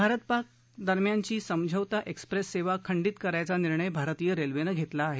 भारत पाकिस्तान दरम्यानची समझौता एक्सप्रेस सेवा खंडित करायचा निर्णय भारतीय रेल्वेनं घेतला आहे